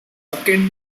akin